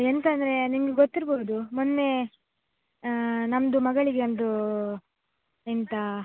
ಎಂತ ಅಂದರೆ ನಿಮ್ಗೆ ಗೊತ್ತಿರ್ಬೌದು ಮೊನ್ನೆ ನಮ್ಮದು ಮಗಳಿಗೆ ಒಂದು ಎಂತ